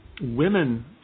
women –